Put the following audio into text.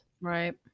right